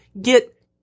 get